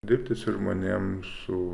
dirbti su žmonėm su